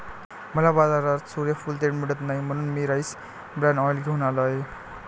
मला बाजारात सूर्यफूल तेल मिळत नाही म्हणून मी राईस ब्रॅन ऑइल घेऊन आलो आहे